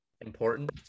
Important